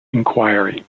inquiry